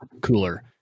cooler